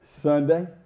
Sunday